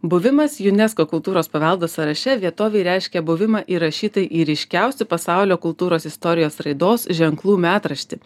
buvimas unesco kultūros paveldo sąraše vietovei reiškia buvimą įrašytai į ryškiausių pasaulio kultūros istorijos raidos ženklų metraštį